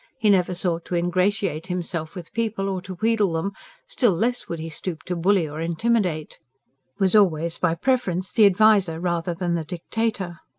he never sought to ingratiate himself with people, or to wheedle them still less would he stoop to bully or intimidate was always by preference the adviser rather than the dictator.